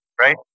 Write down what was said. Right